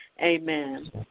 Amen